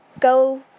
go